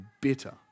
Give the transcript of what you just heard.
bitter